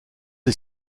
les